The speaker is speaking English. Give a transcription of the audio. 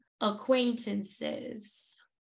acquaintances